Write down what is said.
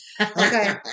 Okay